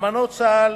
אלמנות צה"ל